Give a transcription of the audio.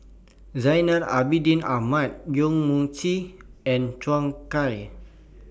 Zainal Abidin Ahmad Yong Mun Chee and Zhou Can